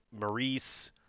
Maurice